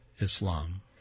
Islam